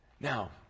Now